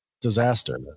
disaster